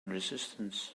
resistance